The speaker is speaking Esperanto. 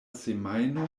semajno